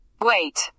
Wait